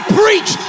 preach